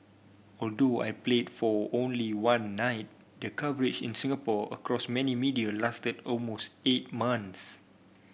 although I played for only one night the coverage in Singapore across many media lasted almost eight month